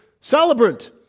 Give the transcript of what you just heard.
celebrant